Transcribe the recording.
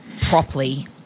properly